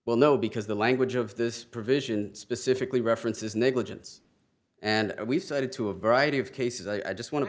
well no because the language of this provision specifically references negligence and we've cited to a variety of cases i just wan